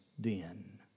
den